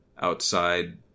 outside